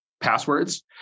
passwords